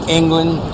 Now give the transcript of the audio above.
england